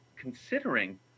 considering